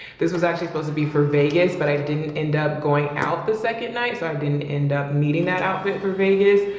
this was actually supposed to be for vegas but i didn't end up going out the second night so i didn't end up needing that outfit for vegas.